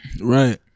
Right